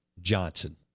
Johnson